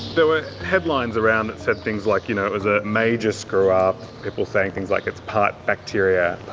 so ah headlines around that said things like, you know, it was a major screw-up people saying things like, it's part-bacteria,